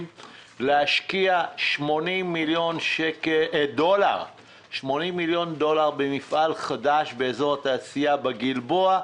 להשקיע 80 מיליון דולר במפעל חדש באזור התעשייה בגלבוע.